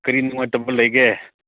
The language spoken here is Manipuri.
ꯀꯔꯤ ꯅꯨꯡꯉꯥꯏꯇꯕ ꯂꯩꯒꯦ